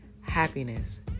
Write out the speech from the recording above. happiness